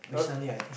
recently I think